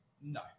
no